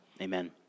Amen